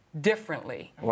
differently